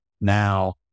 now